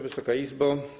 Wysoka Izbo!